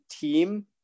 team